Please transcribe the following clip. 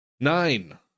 Nine